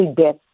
death